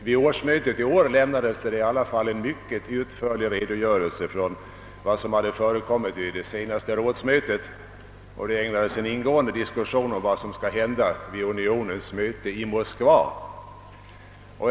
Vid årsmötet i år lämnades emellertid en mycket utförlig redogörelse för vad som hade förekommit vid det senaste rådsmötet, och man ägnade en ingående debatt åt vad som skall hända vid unionens möte i Moskva.